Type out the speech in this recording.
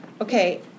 okay